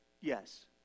yes